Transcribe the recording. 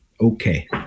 Okay